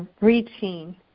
reaching